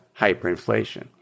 hyperinflation